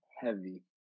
Heavy